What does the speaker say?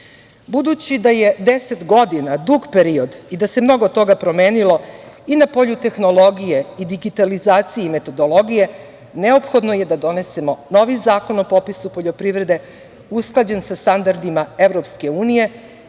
da je 10 godina dug period i da se mnogo toga promenilo i na polju tehnologije i digitalizacije i metodologije, neophodno je da donesemo novi zakon o popisu poljoprivrede usklađen sa standardima